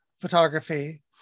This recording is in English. photography